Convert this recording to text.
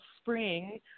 spring